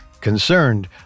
Concerned